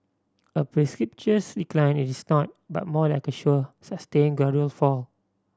a precipitous decline it is not but more like a sure sustain gradual fall